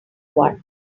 one